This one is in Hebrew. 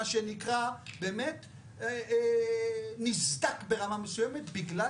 מה שנקרא באמת נסדק ברמה מסוימת בגלל